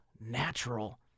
natural